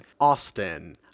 austin